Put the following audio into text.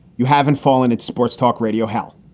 you haven't fallen in sports talk radio, hell,